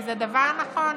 כי זה דבר נכון.